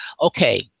Okay